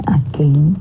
again